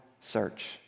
search